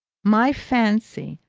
my fancy,